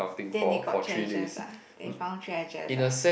then they got treasures ah they found treasures ah